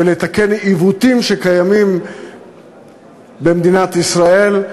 לתקן עיוותים שקיימים במדינת ישראל.